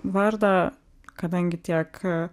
vardą kadangi tiek